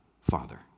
father